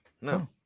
No